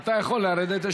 אתה יכול לרדת.